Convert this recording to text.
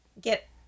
Get